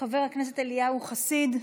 חבר הכנסת אליהו חסיד,